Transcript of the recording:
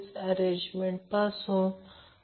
तर RL असेल R g j x g XL हे स्वतः करू शकता